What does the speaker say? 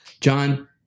John